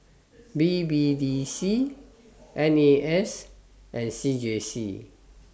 B B D C N A S and C J C